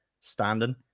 standing